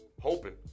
hoping